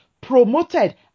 promoted